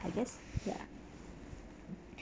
I guess ya